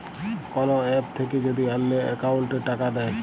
call app থাক্যে যদি অল্লো অকৌলটে টাকা দেয়